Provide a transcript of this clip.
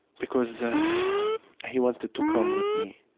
because he wanted to come with me,